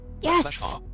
Yes